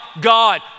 God